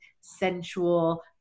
sensual